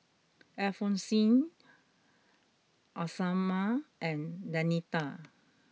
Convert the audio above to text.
Alphonsine Isamar and Danita